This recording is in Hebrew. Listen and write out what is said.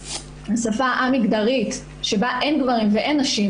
שפה א-מגדרית שבה אין גברים ואין נשים